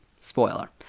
Spoiler